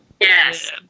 Yes